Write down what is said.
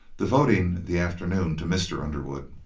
devoting the afternoon to mr. underwood.